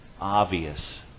obvious